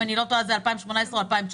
אם אני לא טועה זה היה ב-2018 או ב-2019.